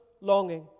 longing